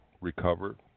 recovered